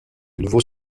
nouveaux